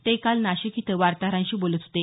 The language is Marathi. ते काल नाशिक इथं वार्ताहरांशी बोलत होते